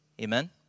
Amen